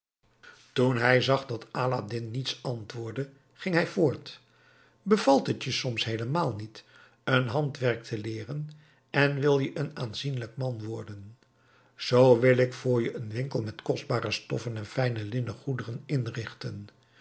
toen hij zag dat aladdin niets antwoordde ging hij voort bevalt het je soms heelemaal niet een handwerk te leeren en wil je een aanzienlijk man worden zoo wil ik voor je een winkel met kostbare stoffen en fijne linnen goederen inrichten